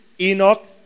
Enoch